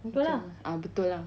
ah betul lah